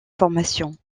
formations